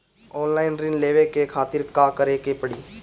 Online ऋण लेवे के खातिर का करे के पड़ी?